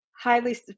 highly